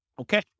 Okay